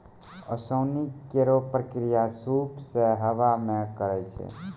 ओसौनी केरो प्रक्रिया सूप सें हवा मे करै छै